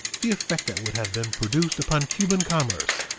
the effect that would have been produced upon cuban commerce,